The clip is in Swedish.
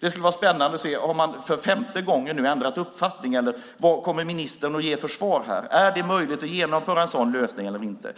Det skulle vara spännande att höra: Har man nu för femte gången ändrat uppfattning, eller vad kommer ministern att ge för svar här? Är det möjligt att genomföra en sådan lösning eller inte?